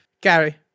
Gary